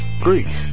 Greek